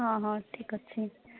ହଁ ହଁ ଠିକ୍ ଅଛି